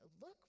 Look